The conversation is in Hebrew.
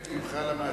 למה אין בלבך על המעצר?